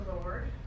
Lord